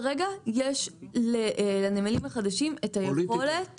כרגע יש לנמלים החדשים את היכולת